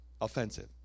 offensive